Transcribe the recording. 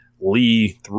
Lee